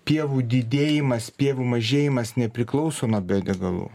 pievų didėjimas pievų mažėjimas nepriklauso nuo bio degalų